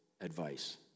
advice